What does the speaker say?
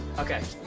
okay.